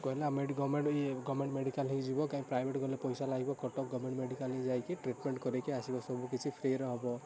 କହିଲେ ଆମେ ଏଇଠି ଗଭର୍ଣ୍ଣମେଣ୍ଟ ଇଏ ଗଭର୍ଣ୍ଣମେଣ୍ଟ ମେଡ଼ିକାଲ ହେଇଯିବ କାଇଁ ପ୍ରାଇଭେଟ ଗଲେ ପଇସା ଲାଗିବ କଟକ ଗଭର୍ଣ୍ଣମେଣ୍ଟ ମେଡ଼ିକାଲ ଯାଇକି ଟ୍ରିଟମେଣ୍ଟ କରେଇକି ଆସିବ ସବୁ କିଛି ଫ୍ରିରେ ହବ